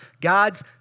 God's